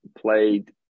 played